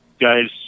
guys